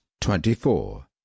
twenty-four